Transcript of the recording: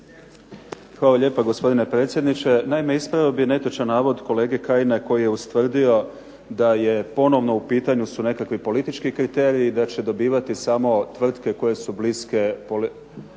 Hvala lijepa gospodine predsjedniče. Naime, ispravio bih netočan navod kolege Kajina koji je ustvrdio da je ponovno u pitanju su nekakvi politički kriteriji da će dobivati samo tvrtke koje su bliske politici,